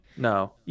No